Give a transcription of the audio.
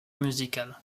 musical